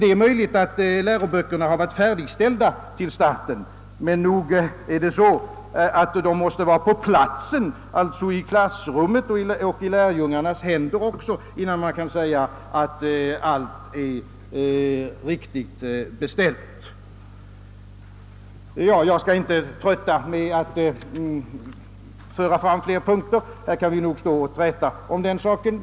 Det är möjligt att läroböckerna har varit färdigställda till starten, men nog måste de vara på platsen också, d.v.s. i klassrummet och i lärjungarnas händer, innan man kan säga att allt är väl beställt. Jag skall inte trötta kammaren med att föra fram fler punkter. Eljest kunde nog ecklesiastikministern och jag stå här och träta en god stund om denna fråga.